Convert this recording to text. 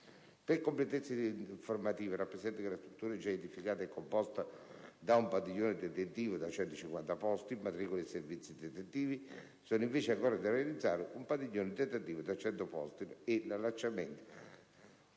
Per completezza di informativa, rappresento che la struttura già edificata è composta da un padiglione detentivo da 150 posti, matricola e servizi detentivi; sono, invece, ancora da realizzare un padiglione detentivo da 100 posti, l'allacciamento